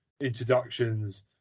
introductions